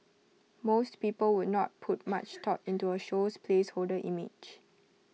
most people would not put much thought into A show's placeholder image